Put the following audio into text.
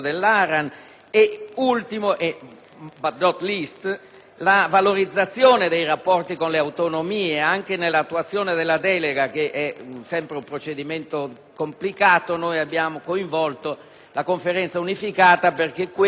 la valorizzazione dei rapporti con le autonomie anche nell'attuazione della delega, che è sempre un procedimento complicato. Abbiamo infatti coinvolto la Conferenza unificata perché sia garantita l'attuazione precisa